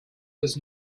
was